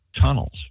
tunnels